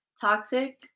toxic